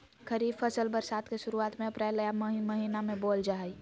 खरीफ फसल बरसात के शुरुआत में अप्रैल आ मई महीना में बोअल जा हइ